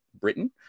Britain